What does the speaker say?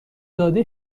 داده